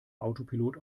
autopilot